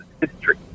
History